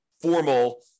formal